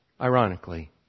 ironically